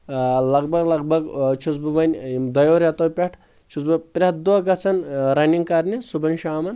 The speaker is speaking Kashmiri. لگ بگ لگ بگ چھُس بہٕ وۄنۍ دۄیو ریٚتو پٮ۪ٹھ چھُس بہٕ پرٮ۪تھ دۄہ گژھان رننِگ کرنہِ صبحن شامن